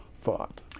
thought